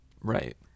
right